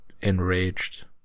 enraged